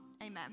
Amen